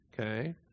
Okay